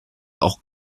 auch